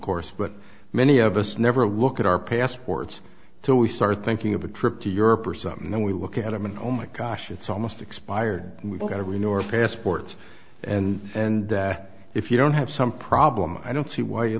course but many of us never look at our passports so we start thinking of a trip to europe or something then we look at them and oh my gosh it's almost expired and we've got to renew our passports and and if you don't have some problem i don't see why you